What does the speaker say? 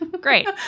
Great